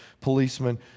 policemen